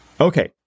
Okay